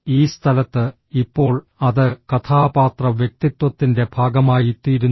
ഈ സ്ഥലത്ത് ഇപ്പോൾ അത് കഥാപാത്ര വ്യക്തിത്വത്തിന്റെ ഭാഗമായിത്തീരുന്നു